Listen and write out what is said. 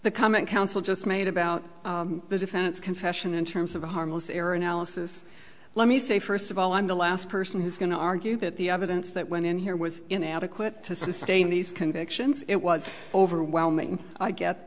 the comment counsel just made about the defense confession in terms of a harmless error analysis let me say first of all i'm the last person who's going to argue that the evidence that went in here was inadequate to sustain these convictions it was overwhelming i g